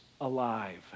alive